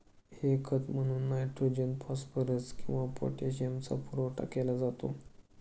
हे खत म्हणून नायट्रोजन, फॉस्फरस किंवा पोटॅशियमचा पुरवठा केला जातो